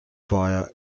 via